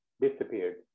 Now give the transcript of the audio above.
disappeared